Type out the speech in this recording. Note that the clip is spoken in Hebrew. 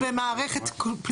אז לא צריך לדבר על פעילות במערכת,